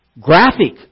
Graphic